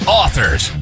authors